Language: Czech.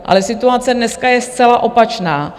Ale situace dneska je zcela opačná.